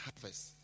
harvest